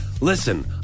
listen